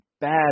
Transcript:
bad